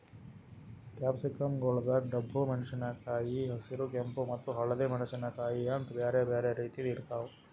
capsicum ಗೊಳ್ದಾಗ್ ಡಬ್ಬು ಮೆಣಸಿನಕಾಯಿ, ಹಸಿರ, ಕೆಂಪ ಮತ್ತ ಹಳದಿ ಮೆಣಸಿನಕಾಯಿ ಅಂತ್ ಬ್ಯಾರೆ ಬ್ಯಾರೆ ರೀತಿದ್ ಇರ್ತಾವ್